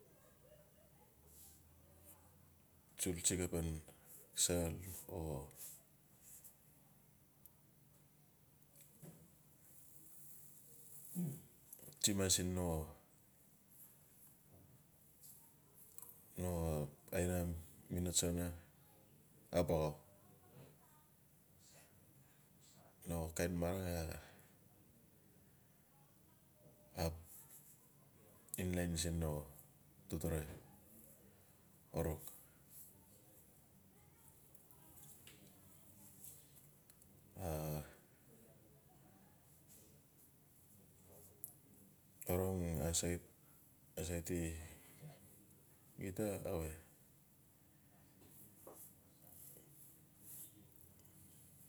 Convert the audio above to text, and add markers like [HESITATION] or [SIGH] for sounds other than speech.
[LAUGHS] tsul. tsiga pan sel o [HESITATION] tsima siin no aina mi no tsona ap axau. No kain marang a ap in lain siin no totore orong. [NOISE] a orong asait-asait gita awe gita awe